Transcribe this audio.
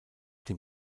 dem